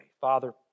Father